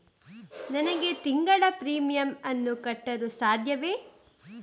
ನನಗೆ ತಿಂಗಳ ಪ್ರೀಮಿಯಮ್ ಅನ್ನು ಕಟ್ಟಲು ಸಾಧ್ಯವೇ?